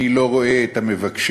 אני לא רואה את המבקשים.